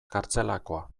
kartzelakoa